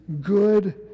good